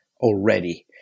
already